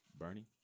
Bernie